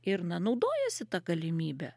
ir na naudojasi ta galimybe